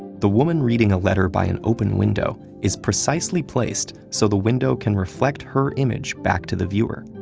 the woman reading a letter by an open window is precisely placed so the window can reflect her image back to the viewer.